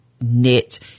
knit